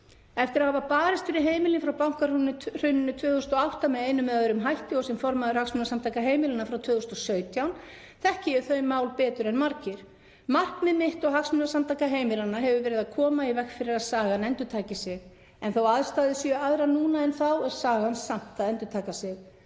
Eftir að hafa barist fyrir heimilin frá bankahruninu 2008 með einum eða öðrum hætti og sem formaður Hagsmunasamtaka heimilanna frá 2017 þekki ég þau mál betur en margir. Markmið mitt og Hagsmunasamtaka heimilanna hefur verið að koma í veg fyrir að sagan endurtaki sig en þó að aðstæður séu aðrar núna en þá er sagan samt að endurtaka sig.